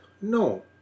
No